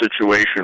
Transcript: situation